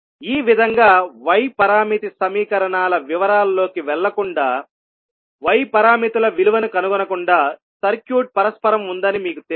ఈ విధంగా y పరామితి సమీకరణాల వివరాలలోకి వెళ్లకుండా y పారామితుల విలువను కనుగొనకుండా సర్క్యూట్ పరస్పరం ఉందని మీకు తెలిస్తే